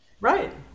right